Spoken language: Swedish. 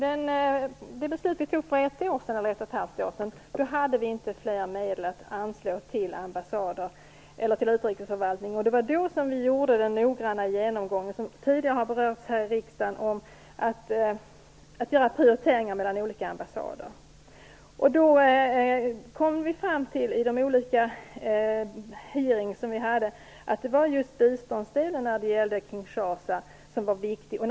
Fru talman! När vi fattade beslut för ett och halvt år sedan hade vi inte mer medel att anslå till ambassader eller till utrikesförvaltning. Det var då vi gjorde den noggranna genomgången, som tidigare har berörts här i riksdagen, om att göra prioriteringar mellan olika ambassader. Efter de olika utfrågningar som vi haft, kom vi fram till att det var just biståndsdelen som var viktig när det gällde Kinshasa.